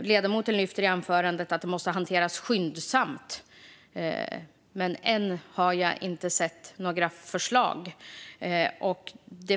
Ledamoten lyfte i sitt anförande också fram att detta måste hanteras skyndsamt, men än har jag inte sett några förslag.